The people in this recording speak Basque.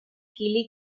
kili